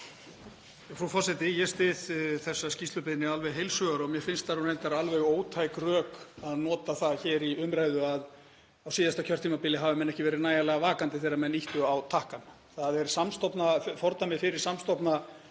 Frú forseti. Ég styð þessa skýrslubeiðni alveg heils hugar og mér finnst það reyndar alveg ótæk rök að nota það hér í umræðu að á síðasta kjörtímabili hafi menn ekki verið nægjanlega vakandi þegar menn ýttu á takkann. Það er fordæmi fyrir samstofna